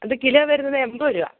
അത് കിലോ വരുന്നത് എൺപത് രൂപ